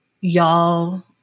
y'all